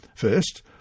First